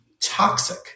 toxic